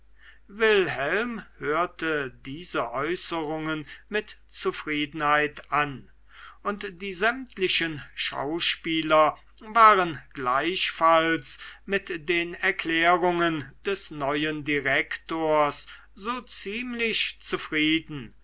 wilhelm hörte diese äußerungen mit zufriedenheit an und die sämtlichen schauspieler waren gleichfalls mit den erklärungen des neuen direktors so ziemlich zufrieden